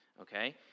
Okay